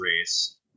race